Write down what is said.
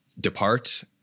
depart